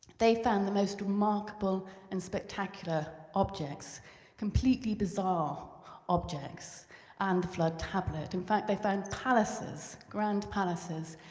they found the most remarkable and spectacular objects completely bizarre objects and the flood tablet. in fact, they found palaces, grand palaces,